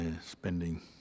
spending